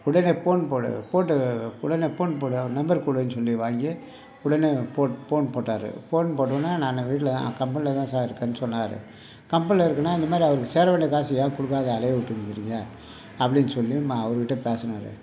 உடனே ஃபோன் போடு போட்டு உடனே ஃபோன் போடு அவர் நம்பர் கொடுனு சொல்லி வாங்கி உடனே ஃபோன் போட்டார் ஃபோன் போட்டவுடனே நான் வீட்டில் தான் கம்பெனியில் தான் சார் இருக்கேன்னு சொன்னார் கம்பெனியில் இருக்கேனா இந்தமாதிரி அவருக்கு சேர வேண்டிய காசு ஏன் கொடுக்காத அலையவிட்டுட்டு இருக்கீங்க அப்படினு சொல்லி அவர்கிட்டே பேசினாரு